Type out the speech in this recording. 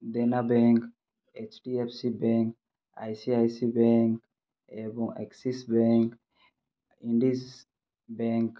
ଦେନା bank HDFC bank ICICI bank ଏବଂ Axis bank Indus bank